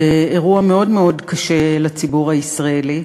באירוע מאוד מאוד קשה לציבור הישראלי.